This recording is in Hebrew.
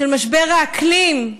של משבר האקלים,